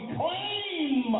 claim